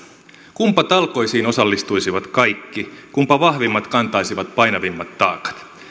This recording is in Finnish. kunpa talkoisiin osallistuisivat kaikki kunpa vahvimmat kantaisivat painavimmat taakat